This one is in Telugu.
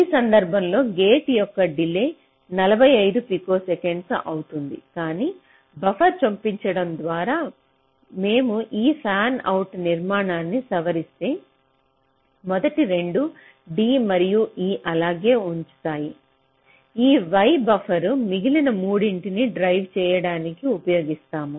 ఈ సందర్భంలో గేట్ యొక్క డిలే 45 పికోసెకన్లు అవుతుంది కాని బఫర్ను చొప్పించడం ద్వారా మేము ఈ ఫ్యాన్అవుట్ నిర్మాణాన్ని సవరిస్తే మొదటి రెండు d మరియు e అలాగే ఉంచుతాము ఈ y బఫర్ మిగిలిన మూడింటిని డ్రైవ్ చేయడానికి ఉపయోగిస్తాము